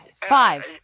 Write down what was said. five